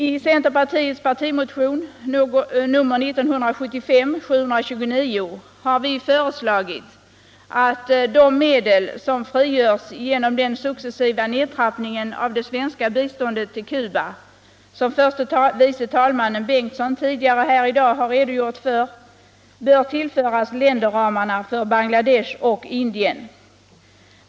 I centerpartiets partimotion 1975:729 har vi föreslagit att de medel som frigörs genom den successiva nedtrappningen av det svenska biståndet till Cuba som förste vice talmannen Bengtson tidigare i dag har redogjort för bör tillföras länderramarna för Bangladesh och Indien.